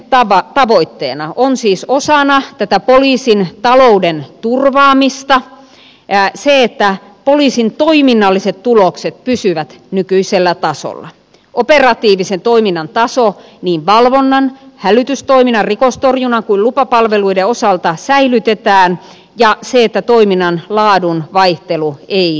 esityksen tavoitteena on siis osana tätä poliisin talouden turvaamista se että poliisin toiminnalliset tulokset pysyvät nykyisellä tasolla operatiivisen toiminnan taso niin valvonnan hälytystoiminnan rikostorjunnan kuin lupapalveluiden osalta säilytetään ja se että toiminnan laadun vaihtelu ei lisäänny